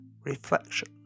reflection